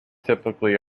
typically